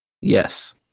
Yes